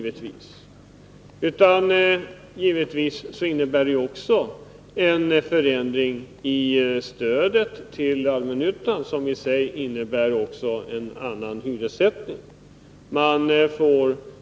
Det handlar givetvis också om en förändring i stödet till allmännyttan, som i sig innebär en annan hyressättning.